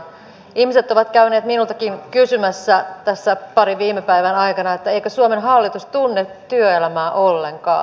ihmiset ovat käyneet minultakin kysymässä tässä parin viime päivän aikana eikö suomen hallitus tunne työelämää ollenkaan